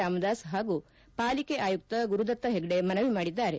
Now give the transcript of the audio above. ರಾಮದಾಸ್ ಹಾಗೂ ಪಾಲಿಕೆ ಆಯುಕ್ತ ಗುರುದತ್ತ ಹೆಗ್ಡೆ ಮನವಿ ಮಾಡಿದ್ದಾರೆ